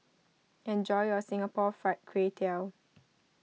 enjoy your Singapore Fried Kway Tiao